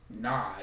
Nah